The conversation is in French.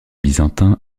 byzantin